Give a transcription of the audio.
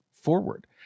forward